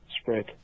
spread